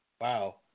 wow